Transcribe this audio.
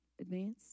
Advance